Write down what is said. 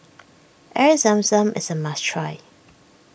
Air Zam Zam is a must try